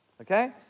okay